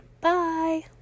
bye